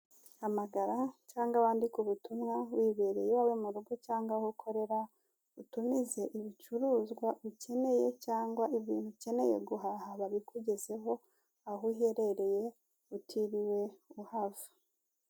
Hampagara cyangwa wabandike ubutumwa wibereye iwawe mu rugo cyangwa aho ukorera utumize ibicuruzwa ukeneye cyangwa ibintu ukeneye guhaha babikugezeho aho uherereye utiriwe uhava.